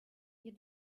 ihr